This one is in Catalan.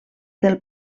del